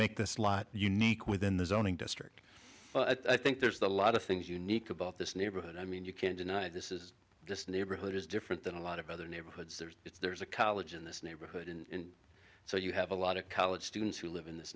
make this lot unique within the zoning district i think there's a lot of things unique about this neighborhood i mean you can't deny this is just a neighborhood is different than a lot of other neighborhoods it's there's a college in this neighborhood in so you have a lot of college students who live in this